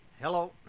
Hello